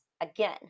again